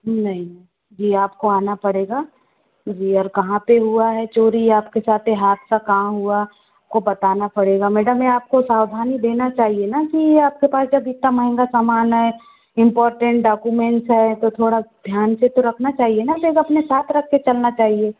नहीं जी आपको आना पड़ेगा जी और कहाँ पे हुआ है चोरी आपके साथ ये हादसा कहाँ हुआ आपको बताना पड़ेगा मैडम मैडम ये आपको सावधानी देना चाहिए ना कि आपके पास जब इतना महंगा सामान है इंपॉर्टेंट डॉक्यूमेंट्स हैं तो थोड़ा ध्यान से तो रखना चाहिए ना बैग अपने साथ में रखके चलना चाहिए